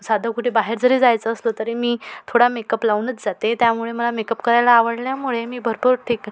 साधं कुठे बाहेर जरी जायचं असलो तरी मी थोडा मेकअप लावूनच जाते त्यामुळे मला मेकअप करायला आवडल्यामुळे मी भरपूर ठीक